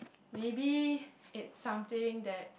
maybe it's something that